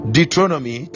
Deuteronomy